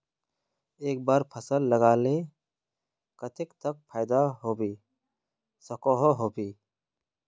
एक बार फसल लगाले कतेक तक फायदा होबे सकोहो होबे?